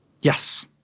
Yes